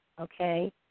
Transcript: okay